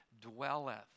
dwelleth